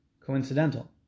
coincidental